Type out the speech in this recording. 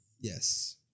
Yes